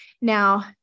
Now